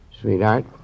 sweetheart